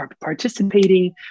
participating